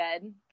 good